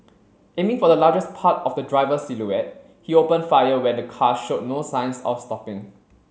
aiming for the largest part of the driver's silhouette he opened fire when the car showed no signs of stopping